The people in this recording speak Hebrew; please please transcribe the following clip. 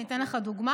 אני אתן לך דוגמה: